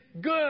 good